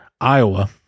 Iowa